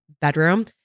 bedroom